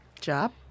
Job